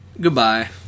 goodbye